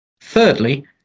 Thirdly